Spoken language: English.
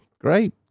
Great